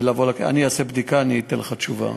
אני אעשה בדיקה ואני אתן לך תשובה.